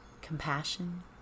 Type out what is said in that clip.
compassion